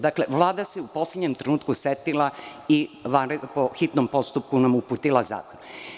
Dakle, Vlada se u poslednjem trenutku setila i po hitnom postupku nam uputila zakon.